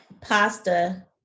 pasta